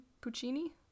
Puccini